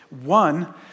One